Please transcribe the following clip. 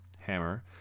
Hammer